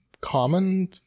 common